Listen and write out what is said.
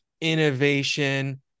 innovation